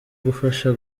gufasha